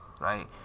right